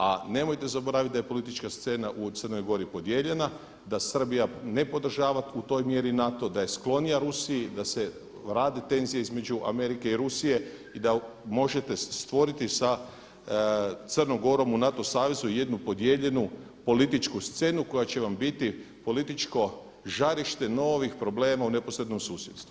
A nemojte zaboraviti da je politička scena u Crnoj Gori podijeljena, da Srbija ne podržava u toj mjeri NATO, da je sklonija Rusiji da se rade tenzije između Amerike i Rusije i da možete stvoriti sa Crnom Gorom u NATO savezu jednu podijeljenu političku scenu koja će vam biti političko žarište novih problema u neposrednom susjedstvu.